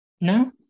no